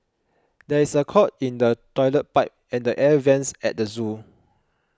there is a clog in the Toilet Pipe and the Air Vents at the zoo